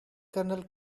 kernel